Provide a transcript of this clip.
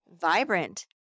vibrant